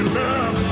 love